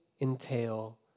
entail